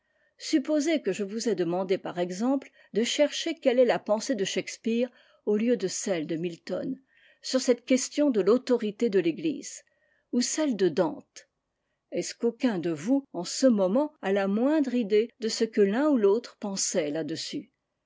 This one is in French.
supposez que je vous aie demandé par exemple de chercher quelle est la pensée de shakespeare au lieu de celle de milton sur cette question de l'autorité de l'eglise ou celle de dante est-ce qu'aucun de vous en ce moment a la moindre idée de ce que l'un ou l'autre pensait là-dessus